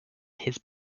his